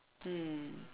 mm